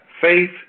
faith